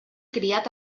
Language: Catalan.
criat